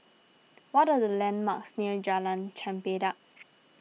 what are the landmarks near Jalan Chempedak